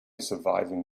surviving